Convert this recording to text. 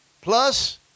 Plus